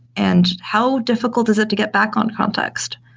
and how difficult is it to get back on context?